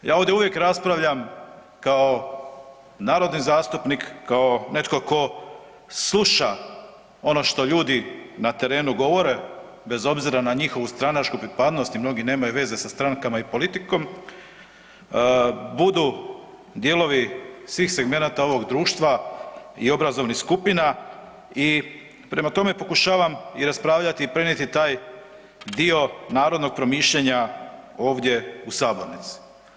Ja ovdje uvijek raspravljam kao narodni zastupnik kao netko tko sluša ono što ljudi na terenu govore, bez obzira na njihovu stranačku pripadnost i mnogi nemaju veze sa strankama i politikom, budu dijelovi svih segmenata ovog društva i obrazovnih skupina i prema tome pokušavam i raspravljati i prenijeti taj dio narodnog promišljanja ovdje u sabornici.